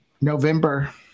November